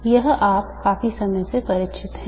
यह आप काफी समय से परिचित हैं